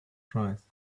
price